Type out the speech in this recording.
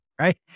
right